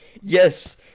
Yes